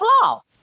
flaw